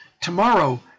Tomorrow